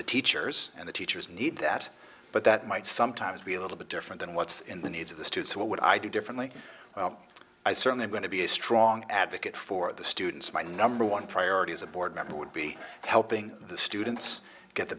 the teachers and the teachers need that but that might sometimes be a little bit different than what's in the needs of the students what would i do differently well i certainly am going to be a strong advocate for the students my number one priority as a board member would be helping the students get the